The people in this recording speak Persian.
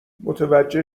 متوجه